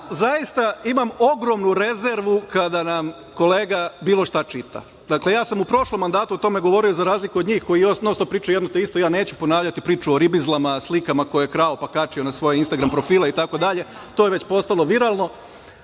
zaista imam ogromnu rezervu kada nam kolega bilo šta čita. Ja sam u prošlom mandatu o tome govorio i za razliku od njih koji non-stop pričaju jedno te isto, ja neću ponavljati priču o ribizlama, slikama koje je krao pa kačio na svoje instagram profile itd. to je već postalo viralno,